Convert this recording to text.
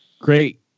great